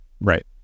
Right